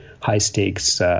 high-stakes